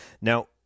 Now